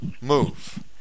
move